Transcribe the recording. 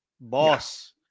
boss